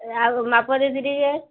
ଏ ଆଉ ମାପ ଦେଇଥିଲି ଯେ